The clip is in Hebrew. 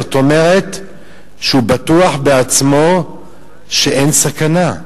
זאת אומרת שהוא בטוח בעצמו שאין סכנה.